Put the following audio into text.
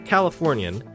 Californian